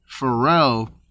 Pharrell